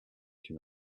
une